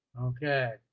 okay